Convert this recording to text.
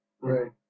right